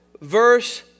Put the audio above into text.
verse